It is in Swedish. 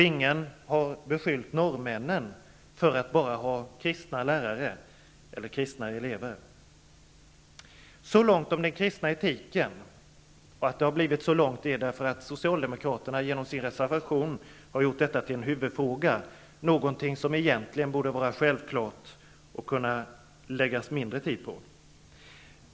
Ingen har beskyllt norrmännen för att bara ha kristna lärare eller kristna elever. Så långt om den kristna etiken. Att redogörelsen har blivit så lång beror på att Socialdemokraterna genom sin reservation har gjort detta till en huvudfråga. Det är något som egentligen borde vara självklart och som man borde lägga mindre tid på.